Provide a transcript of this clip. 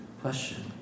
question